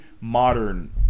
modern